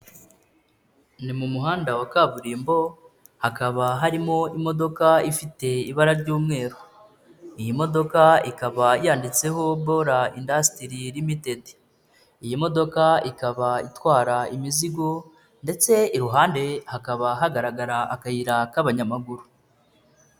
Ni mu muhanda wa kaburimbo hakaba harimo imodoka ifite ibara ry'umweru, iyi modoka ikaba yanditseho bora indasitiri rimitedi, iyi modoka ikaba itwara imizigo ndetse iruhande hakaba hagaragara akayira k'abanyamaguru.